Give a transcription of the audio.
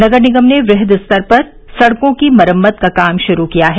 नगर निगम ने वृहद स्तर पर सड़कों की मरम्मत का काम शुरू किया है